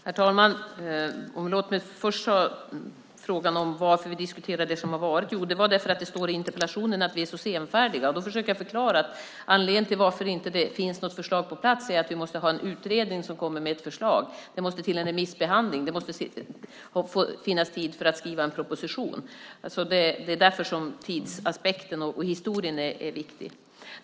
Herr talman! Låt mig först ta upp varför vi diskuterar det som har varit. Det är för att det i interpellationen står att vi är så senfärdiga. Jag försökte förklara att anledningen till att det inte finns något förslag på plats är att en utredning måste komma med ett förslag. Det måste ske en remissbehandling, och det måste finnas tid för att skriva en proposition. Det är därför som tidsaspekten och historien är viktig.